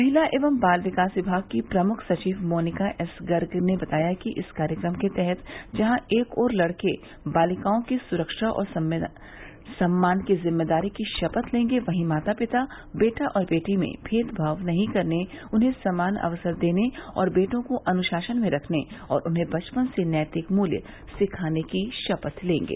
महिला एवं बाल विकास विमाग की प्रमुख सचिव मोनिका एस गर्ग ने बताया कि इस कार्यक्रम के तहत जहां एक ओर लड़के बालिकाओं की सुरक्षा और सम्मान की जिम्मेदारी की शपथ लेंगे वहीं माता पिता बेटा और बेटी में भेदभाव नहीं करने उन्हें समान अवसर देने और बेटों को अन्शासन में रखने और उन्हें बचपन से नैतिक मूल्य सिखाने की शपथ लेंगे